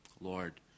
Lord